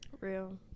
Real